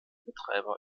betreiber